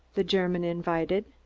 the german invited.